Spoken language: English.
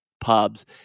pubs